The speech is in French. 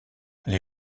les